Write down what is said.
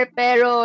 pero